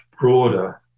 broader